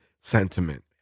sentiment